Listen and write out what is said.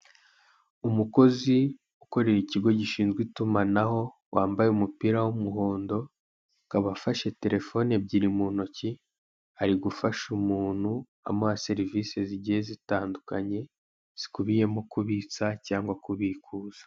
Umukozi ukorera ikigo gishinzwe itumanaho wambaye umupira w'umuhondo, akaba afashe telefone ebyiri mu ntoki, ari gufasha umuntu amuha serivise zigiye zitandukanye, zikubiyemo kubitsa cyangwa kubikuza.